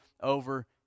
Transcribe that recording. over